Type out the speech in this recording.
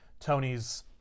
Tony's